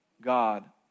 God